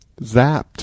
Zapped